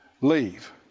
Leave